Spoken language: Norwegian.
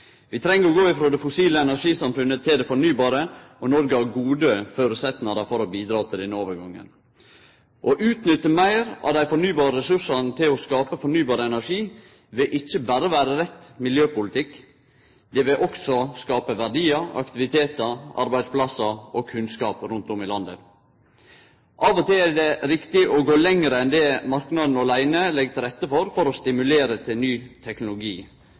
Vi treng å gå frå det fossile energisamfunnet til det fornybare, og Noreg har gode føresetnader for å bidra til denne overgangen. Å utnytte meir av dei fornybare ressursane til å skape fornybar energi vil ikkje berre vere rett miljøpolitikk, det vil også skape verdiar, aktivitet, arbeidsplassar og kunnskap rundt om i landet. Av og til er det riktig å gå lenger enn det marknaden åleine legg til rette for, for å stimulere til ny teknologi